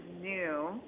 new